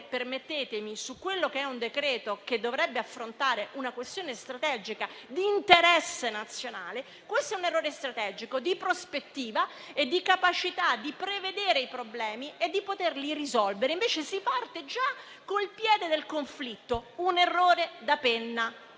ambientale? Su quello che è un decreto-legge che dovrebbe affrontare una questione strategica di interesse nazionale, questo è - permettetemi - un errore strategico di prospettiva, di capacità di prevedere i problemi e poterli risolvere. Si parte già con il piede del conflitto: è un errore da penna